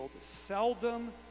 seldom